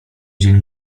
dzień